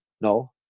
no